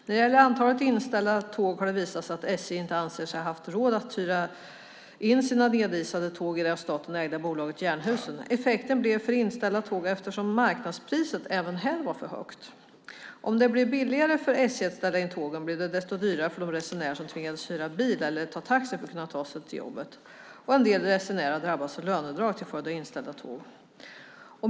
När det gäller antalet inställda tåg har det visat sig att SJ inte anser sig ha haft råd att hyra in sina nedisade tåg i det av staten ägda bolaget Jernhusen. Effekten blev inställda tåg, eftersom marknadspriset även här var för högt. Om det blev billigare för SJ att ställa in tågen blev det desto dyrare för de resenärer som tvingades köra bil eller ta taxi för att kunna ta sig till jobbet. En del resenärer har drabbats av löneavdrag till följd av inställda tåg.